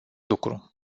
lucru